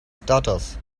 stutters